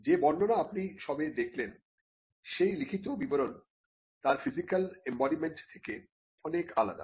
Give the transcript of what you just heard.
যে বর্ণনা আপনি সবে দেখলেন সেই লিখিত বিবরণ তার ফিজিক্যাল এম্বডিমেন্ট থেকে অনেক আলাদা